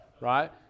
right